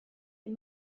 est